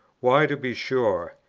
why, to be sure,